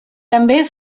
també